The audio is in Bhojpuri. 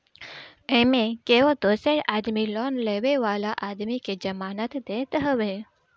एमे केहू दूसर आदमी लोन लेवे वाला आदमी के जमानत देत हवे